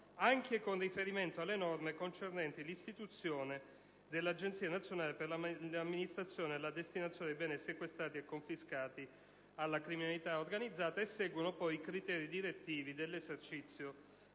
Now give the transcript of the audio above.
anche con riferimento alle norme concernenti l'istituzione dell'Agenzia nazionale per l'amministrazione e la destinazione dei beni sequestrati e confiscati alla criminalità organizzata». Seguono poi criteri direttivi dell'esercizio